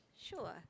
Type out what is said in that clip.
Sure